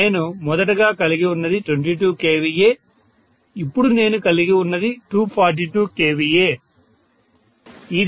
నేను మొదటగా కలిగి ఉన్నది 22 kVA ఇప్పుడు నేను కలిగి ఉన్నది 242 kVA